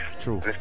true